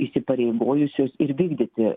įsipareigojusios ir vykdyti